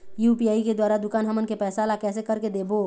UPI के द्वारा दुकान हमन के पैसा ला कैसे कर के देबो?